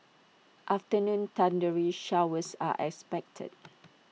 afternoon thundery showers are expected